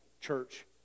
church